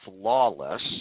flawless